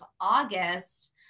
August